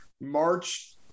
March